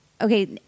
Okay